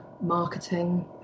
marketing